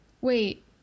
Wait